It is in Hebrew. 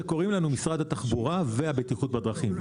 אלא שקוראים לנו משרד התחבורה והבטיחות בדרכים.